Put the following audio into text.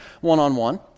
one-on-one